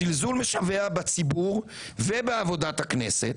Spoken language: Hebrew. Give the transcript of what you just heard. זלזול משווע בציבור ובעבודת הכנסת,